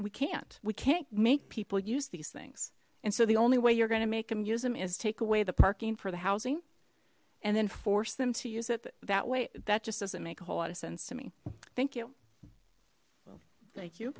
we can't we can't make people use these things and so the only way you're going to make them use them is take away the parking for the housing and then force them to use it that way that just doesn't make a whole lot of sense to me thank you thank you